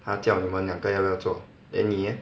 他叫你们两个要不要做 then 你 leh